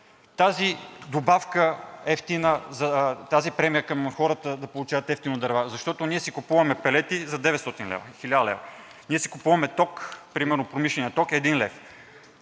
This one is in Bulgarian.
тази премия към хората да получават евтино дърва, защото ние си купуваме пелети за 900 – 1000 лв., ние си купуваме ток, примерно промишленият ток е 1 лев,